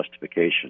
justification